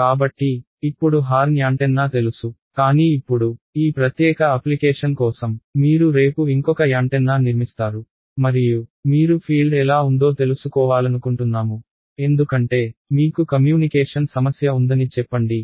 కాబట్టి ఇప్పుడు horn antenna తెలుసు కానీ ఇప్పుడు ఈ ప్రత్యేక అప్లికేషన్ కోసం మీరు రేపు ఇంకొక యాంటెన్నా నిర్మిస్తారు మరియు మీరు ఫీల్డ్ ఎలా ఉందో తెలుసుకోవాలనుకుంటున్నాము ఎందుకంటే మీకు కమ్యూనికేషన్ సమస్య ఉందని చెప్పండి